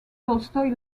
tolstoy